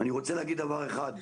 אני רוצה להגיד דבר אחד,